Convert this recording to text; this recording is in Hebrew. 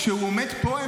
כשהוא עומד פה,